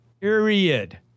Period